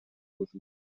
potuto